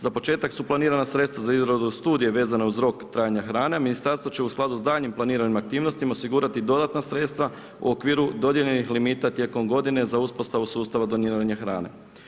Za početak su planirana sredstva za izradu studija vezano uz rok trajanja hrane, ministarstvo će u skladu s daljnjim planiranim aktivnostima osigurati dodatna sredstva u okviru dodijeljenih limita tijekom godine za uspostavu sustava doniranja hrane.